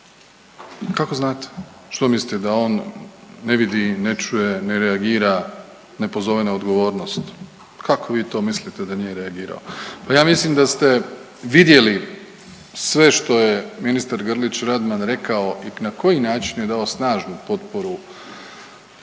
kako znate, što mislite da on ne vidi i ne čuje, ne reagira, ne pozove na odgovornost, kako vi to mislite da nije reagirao? Pa ja mislim da ste vidjeli sve što je ministar Grlić Radman rekao i na koji način je dao snažnu potporu